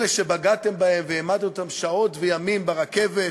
אלה שבגדתם בהם והעמדתם אותם שעות וימים ברכבת,